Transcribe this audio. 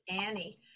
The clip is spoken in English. Annie